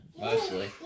Mostly